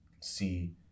see